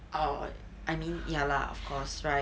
err I mean ya lah of course right